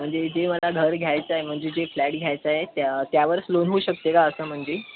म्हणजे जे मला घर घ्यायचं आहे म्हणजे जे फ्लॅट घ्यायचं आहे त्या त्यावरच लोन होऊ शकते का असं म्हणजे